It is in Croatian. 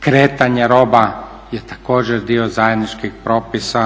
Kretanje roba je također dio zajedničkih propisa,